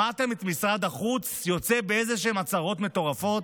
שמעתם את משרד החוץ יוצא באיזשהן הצהרות מטורפות?